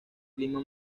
clima